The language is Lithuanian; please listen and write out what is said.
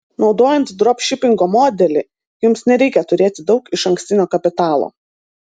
naudojant dropšipingo modelį jums nereikia turėti daug išankstinio kapitalo